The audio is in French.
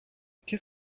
qu’est